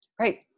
Right